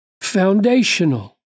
foundational